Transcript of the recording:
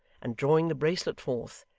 and drawing the bracelet forth,